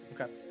Okay